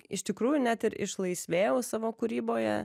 iš tikrųjų net ir išlaisvėjau savo kūryboje